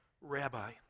Rabbi